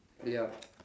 ya